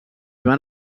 van